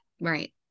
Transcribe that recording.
right